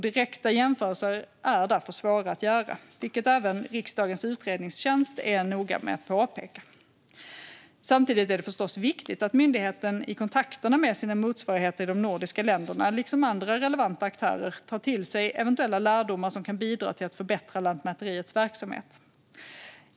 Direkta jämförelser är därför svåra att göra, vilket även riksdagens utredningstjänst är noga med att påpeka. Samtidigt är det förstås viktigt att myndigheten i kontakterna med sina motsvarigheter i de nordiska länderna, liksom med andra relevanta aktörer, tar till sig eventuella lärdomar som kan bidra till att förbättra Lantmäteriets verksamhet.